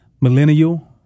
millennial